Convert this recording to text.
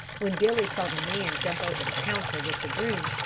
when billy saw the man jump over the counter with the broom,